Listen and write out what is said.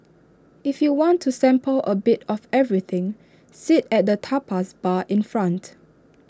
if you want to sample A bit of everything sit at the tapas bar in front